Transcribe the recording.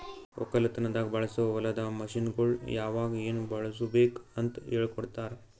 ಒಕ್ಕಲತನದಾಗ್ ಬಳಸೋ ಹೊಲದ ಮಷೀನ್ಗೊಳ್ ಯಾವಾಗ್ ಏನ್ ಬಳುಸಬೇಕ್ ಅಂತ್ ಹೇಳ್ಕೋಡ್ತಾರ್